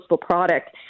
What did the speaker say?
product